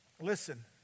Listen